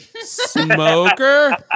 smoker